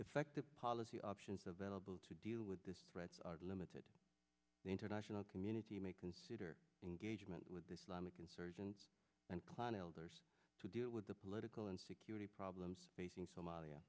effective policy options available to deal with this threats are limited the international community may consider engagement with islam insurgents and clan elders to deal with the political and security problems facing som